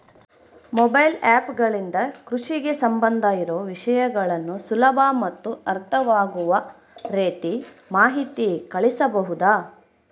Mobile app ಗಳಿಂದ ಕೃಷಿಗೆ ಸಂಬಂಧ ಇರೊ ವಿಷಯಗಳನ್ನು ಸುಲಭ ಮತ್ತು ಅರ್ಥವಾಗುವ ರೇತಿ ಮಾಹಿತಿ ಕಳಿಸಬಹುದಾ?